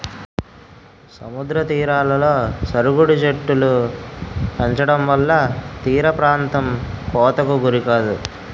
సముద్ర తీరాలలో సరుగుడు చెట్టులు పెంచడంవల్ల తీరప్రాంతం కోతకు గురికాదు